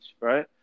right